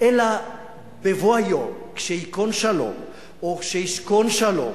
אלא בבוא היום, כשייכון שלום או כשישכון שלום,